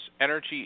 energy